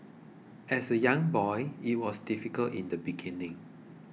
as a young boy it was difficult in the beginning